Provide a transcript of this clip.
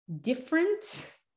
different